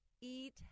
Eat